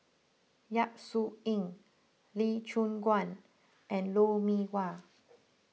Yap Su Yin Lee Choon Guan and Lou Mee Wah